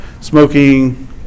Smoking